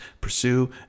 pursue